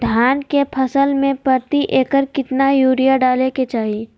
धान के फसल में प्रति एकड़ कितना यूरिया डाले के चाहि?